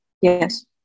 Yes